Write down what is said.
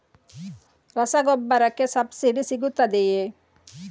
ರಸಗೊಬ್ಬರಕ್ಕೆ ಸಬ್ಸಿಡಿ ಸಿಗುತ್ತದೆಯೇ?